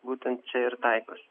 būtent čia ir taikosi